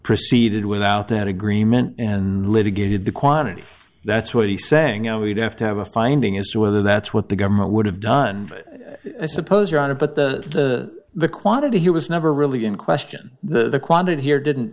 proceeded without that agreement and litigated the quantity that's what he's saying i would have to have a finding as to whether that's what the government would have done i suppose your honor but the the quantity he was never really in question the quantity here didn't